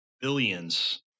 billions